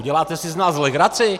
Děláte si z nás legraci?